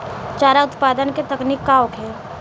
चारा उत्पादन के तकनीक का होखे?